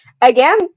Again